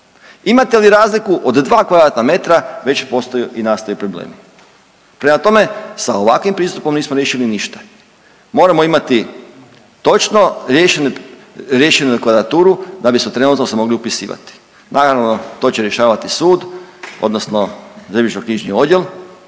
Imate li razliku od 2m2 već postoje i nastaju problemi. Prema tome sa ovakvim pristupom nismo riješili ništa, moramo imati točno riješenu kvadraturu da bismo trenutno se mogli upisivati, naravno to će rješavati sud odnosno zemljišnoknjižni odjel